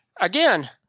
again